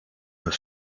were